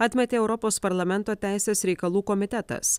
atmetė europos parlamento teisės reikalų komitetas